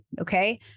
okay